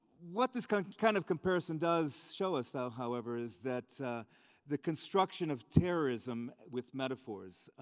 what this kind kind of comparison does show us ah however is that the construction of terrorism with metaphors,